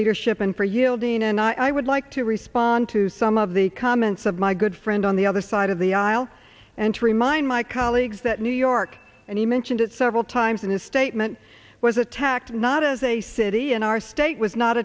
leadership and for yielding and i would like to respond to some of the comments of my good friend on the other side of the aisle and to remind my colleagues that new york and he mentioned it several times in his statement was attacked not as a city and our state was not